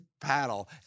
paddle